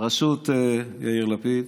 בראשות יאיר לפיד,